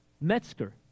Metzger